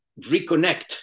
reconnect